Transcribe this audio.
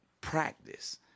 practice